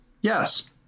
Yes